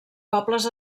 pobles